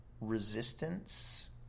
resistance